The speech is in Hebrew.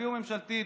תביאו ממשלתית,